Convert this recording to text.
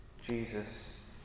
Jesus